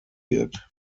wird